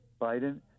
Biden